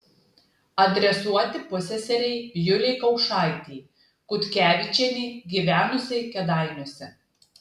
adresuoti pusseserei julei kaušaitei kutkevičienei gyvenusiai kėdainiuose